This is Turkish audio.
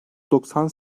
doksan